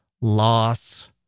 loss